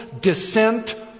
descent